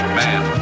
man